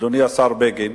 אדוני השר בגין,